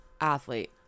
athlete